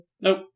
Nope